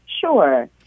Sure